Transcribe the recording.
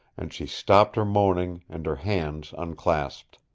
and she stopped her moaning, and her hands unclasped.